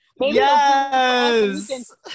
Yes